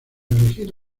elegir